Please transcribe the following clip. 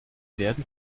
werden